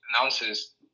announces